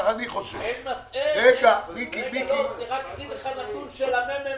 אתן לך נתון של הממ"מ.